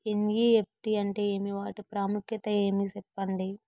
NEFT అంటే ఏమి వాటి ప్రాముఖ్యత ఏమి? సెప్పండి?